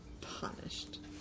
Punished